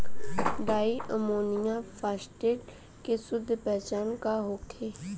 Di ammonium phosphate के शुद्ध पहचान का होखे?